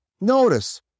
Notice